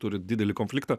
turi didelį konfliktą